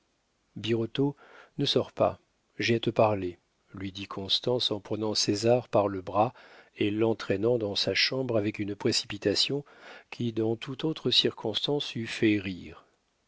birotteau ne sors pas j'ai à te parler lui dit constance en prenant césar par le bras et l'entraînant dans sa chambre avec une précipitation qui dans toute autre circonstance eût fait rire